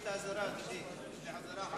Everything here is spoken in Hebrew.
את האזהרה, אדוני.